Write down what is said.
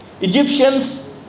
Egyptians